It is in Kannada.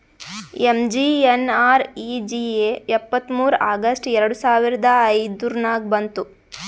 ಎಮ್.ಜಿ.ಎನ್.ಆರ್.ಈ.ಜಿ.ಎ ಇಪ್ಪತ್ತ್ಮೂರ್ ಆಗಸ್ಟ್ ಎರಡು ಸಾವಿರದ ಐಯ್ದುರ್ನಾಗ್ ಬಂತು